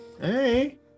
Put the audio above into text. Hey